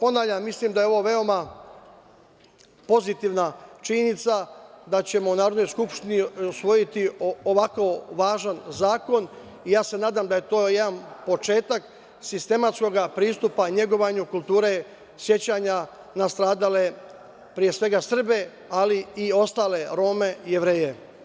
Ponavljam, mislim da je ovo veoma pozitivna činjenica da ćemo u Narodnoj skupštini usvojiti ovako važan zakon i ja se nadam da je to jedan početak sistematskog pristupa negovanju kulture sećanja na stradale pre svega Srbe, ali i ostale, Rome i Jevreje.